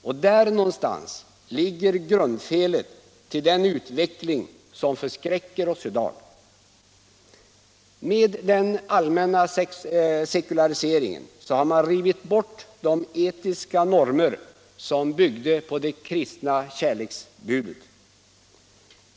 Och där någonstans ligger grundfelet till den utveckling som förskräcker oss i dag. Med den allmänna sekulariseringen har man rivit bort de etiska normer som byggde på det kristna kärleksbudet.